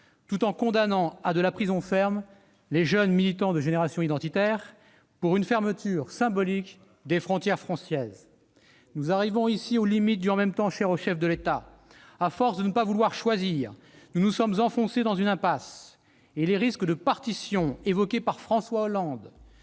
tout en condamnant à de la prison ferme les jeunes militants de Génération identitaire pour une fermeture symbolique des frontières françaises. Voilà qui est de nouveau faux ! Nous arrivons ici aux limites du « en même temps » cher au chef de l'État. À force de ne pas vouloir choisir, nous nous sommes enfoncés dans une impasse, et les risques de partition évoqués par François Hollande